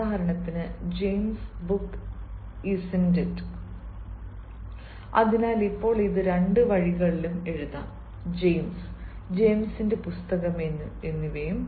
ഉദാഹരണത്തിന് James book isn't it James book isn't it അതിനാൽ ഇപ്പോൾ ഇത് രണ്ട് വഴികളിലും എഴുതാം ജെയിംസ് ജെയിംസിന്റെ പുസ്തകം എന്നിവയും